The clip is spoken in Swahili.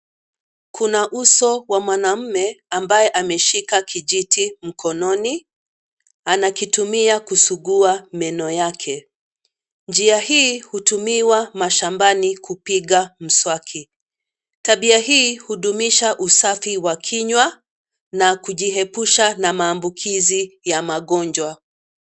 Kuna uso wa mwanaume ambaye ameshika kijiti mkononi, anakitumia kusugua meno yake, njia hii hutumiwa mashambani kupiga mswaki. Tabia hii hudumisha usafi wa kinywa na kujihepusha na maambukizi ya magonjwa,